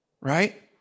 Right